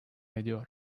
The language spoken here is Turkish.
ediyor